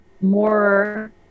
more